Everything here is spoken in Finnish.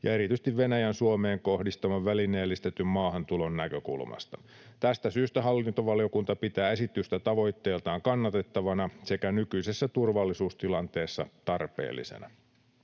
ja erityisesti Venäjän Suomeen kohdistaman välineellistetyn maahantulon näkökulmasta. Tästä syystä hallintovaliokunta pitää esitystä tavoitteiltaan kannatettavana sekä nykyisessä turvallisuustilanteessa tarpeellisena.